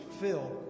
fill